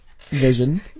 vision